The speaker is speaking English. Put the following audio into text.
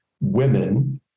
women